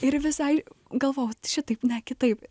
ir visai galvojau šitaip ne kitaip